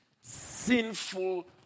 sinful